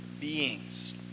beings